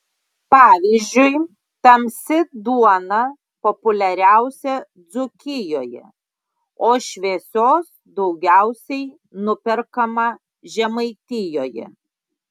pavyzdžiui tamsi duona populiariausia dzūkijoje o šviesios daugiausiai nuperkama žemaitijoje